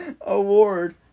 Award